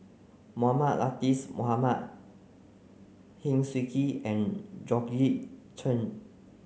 Mohamed Latiff Mohamed Heng Swee Keat and Georgette Chen